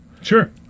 Sure